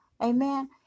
Amen